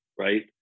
right